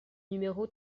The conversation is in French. numéro